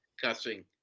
cussing